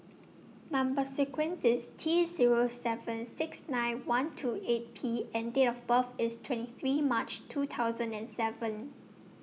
Number sequence IS T Zero seven six nine one two eight P and Date of birth IS twenty three March two thousand and seven